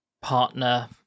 partner